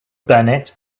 bennett